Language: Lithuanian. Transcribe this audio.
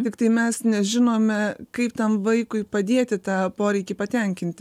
tiktai mes nežinome kaip tam vaikui padėti tą poreikį patenkinti